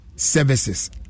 Services